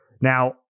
Now